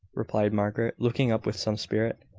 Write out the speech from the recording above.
replied margaret, looking up with some spirit.